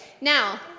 now